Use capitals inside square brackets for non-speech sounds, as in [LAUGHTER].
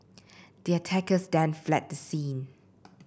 the attackers then fled the scene [NOISE]